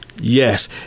Yes